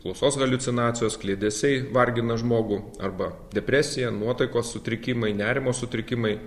klausos haliucinacijos kliedesiai vargina žmogų arba depresija nuotaikos sutrikimai nerimo sutrikimai